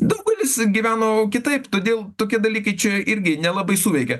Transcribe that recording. daugelis gyveno kitaip todėl tokie dalykai čia irgi nelabai suveikė